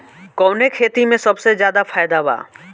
कवने खेती में सबसे ज्यादा फायदा बा?